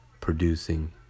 producing